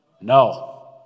no